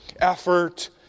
effort